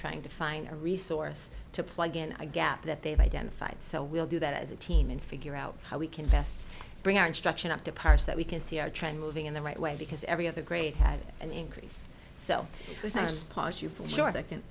trying to find a resource to plug in i gap that they've identified so we'll do that as a team and figure out how we can best bring our instruction up to parse that we can see a trend moving in the right way because every other grade had an increase so we can just pause you for sure as i can